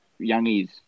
youngies